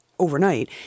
Overnight